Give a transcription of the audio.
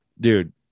dude